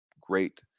great